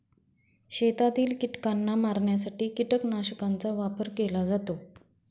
शेतातील कीटकांना मारण्यासाठी कीटकनाशकांचा वापर केला जातो